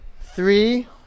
Three